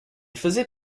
faisait